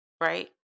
Right